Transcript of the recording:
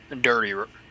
dirty